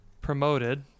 promoted